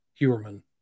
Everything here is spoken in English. Hewerman